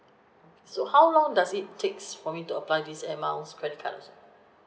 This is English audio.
so how long does it takes for me to apply this air miles credit card also